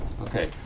Okay